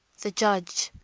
the judge,